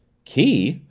key?